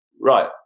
Right